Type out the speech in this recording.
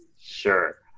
Sure